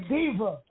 Diva